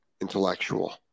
intellectual